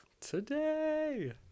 today